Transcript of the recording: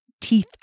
teeth